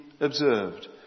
observed